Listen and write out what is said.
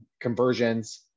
conversions